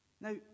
Now